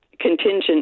contingent